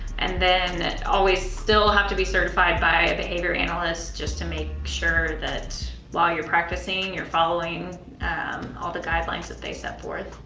and then always still have to be certified by a behavior analyst just to make sure that, while you're practicing, you're following all the guidelines that they set forth.